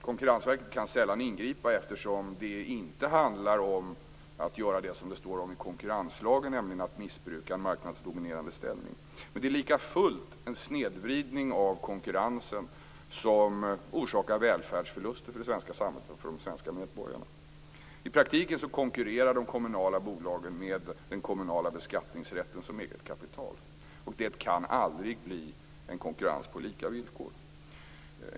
Konkurrensverket kan sällan ingripa eftersom det inte handlar om att göra det som det står om i konkurrenslagen, nämligen att missbruka en marknadsdominerande ställning. Det är likafullt en snedvridning av konkurrensen som orsakar välfärdsförluster för det svenska samhället och för de svenska medborgarna. I praktiken konkurrerar de kommunala bolagen med den kommunala beskattningsrätten som eget kapital, och det kan aldrig bli en konkurrens på lika villkor.